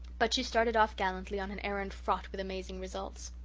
but she started off gallantly on an errand fraught with amazing results.